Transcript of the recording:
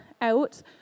out